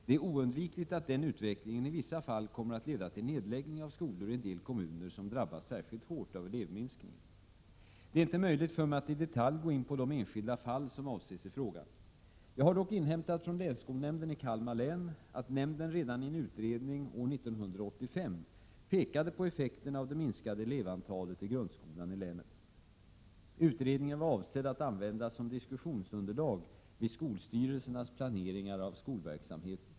Det är oundvikligt att denna utveckling i vissa fall kommer att leda till nedläggning av skolor i en del kommuner som drabbas särskilt hårt av elevminskningen. Det är inte möjligt för mig att i detalj gå in på de enskilda fall som avses i frågan. Jag har dock inhämtat från länsskolnämnden i Kalmar län att nämnden redan i en utredning år 1985 pekade på effekterna av det minskade elevantalet i grundskolan i länet. Utredningen var avsedd att användas som diskussionsunderlag vid skolstyrelsernas planeringar av skolverksamheten.